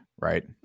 right